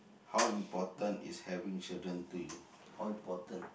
how important is having children to you how important